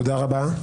תודה רבה.